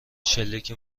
شلیک